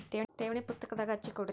ಠೇವಣಿ ಪುಸ್ತಕದಾಗ ಹಚ್ಚಿ ಕೊಡ್ರಿ